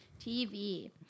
TV